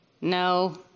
No